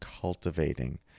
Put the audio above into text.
cultivating